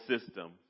system